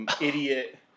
Idiot